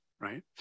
right